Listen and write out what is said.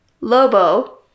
Lobo